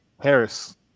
Harris –